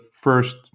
first